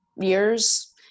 years